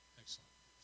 excellent